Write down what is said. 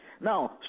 Now